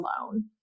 alone